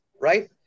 right